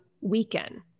weaken